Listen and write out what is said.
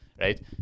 right